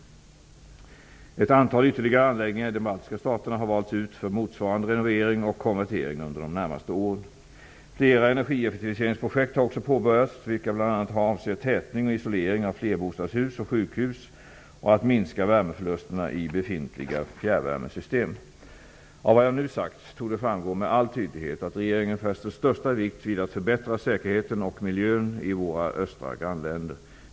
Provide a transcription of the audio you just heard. Ytterligare ett antal anläggningar i de baltiska staterna har valts ut för motsvarande renovering och konvertering under de närmaste åren. Flera energieffektiviseringsprojekt har också påbörjats, vilka bl.a. avser tätning och isolering av flerbostadshus och sjukhus och minskning av värmeförlusterna i befintliga fjärrvärmesystem. Av vad jag nu sagt torde framgå med all tydlighet att regeringen fäster största vikt vid att förbättra säkerheten och miljön i våra östra grannländer.